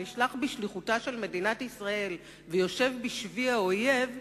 שנשלח בשליחותה של מדינת ישראל ויושב בשבי האויב,